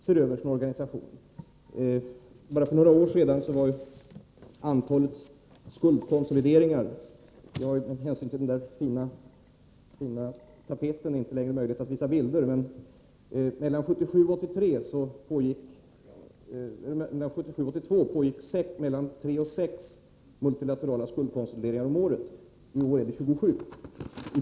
Institutet har gjort stora förluster och ser nu över sin organisation. Mellan 1977 och 1982 gjordes mellan tre och sex multilaterala skuldkonsolideringar om året. I år är antalet 27.